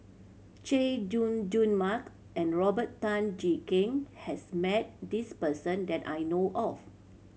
Chay Jung Jun Mark and Robert Tan Jee Keng has met this person that I know of